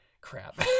Crap